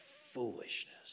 foolishness